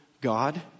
God